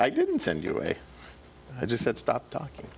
i didn't send you away i just said stop talking